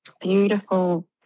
beautiful